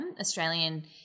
Australian